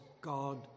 God